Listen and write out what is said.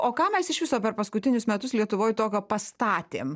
o ką mes iš viso per paskutinius metus lietuvoj tokio pastatėm